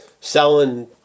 selling